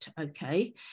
okay